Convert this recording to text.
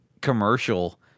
commercial